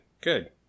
Good